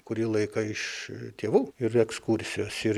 kurį laiką iš tėvų ir ekskursijos ir